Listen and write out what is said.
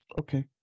Okay